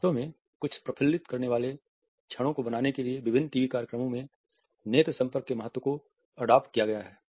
वास्तव में कुछ प्रफुल्लित करने वाले क्षणों को बनाने के लिए विभिन्न टीवी कार्यक्रमों में नेत्र संपर्क के महत्व को अडॉप्ट किया गया है